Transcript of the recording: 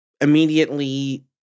immediately